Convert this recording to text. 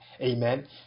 Amen